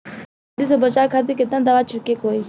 फाफूंदी से बचाव खातिर केतना दावा छीड़के के होई?